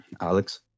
Alex